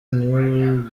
news